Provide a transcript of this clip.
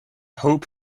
hope